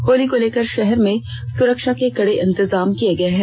होली को लेकर शहर में सुरक्षा के कड़े इंतजाम किए गए हैं